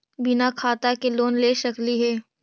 बिना खाता के लोन ले सकली हे?